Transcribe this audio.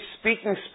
speaking